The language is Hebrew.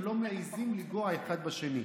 הם לא מעיזים לנגוע אחד בשני.